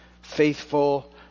faithful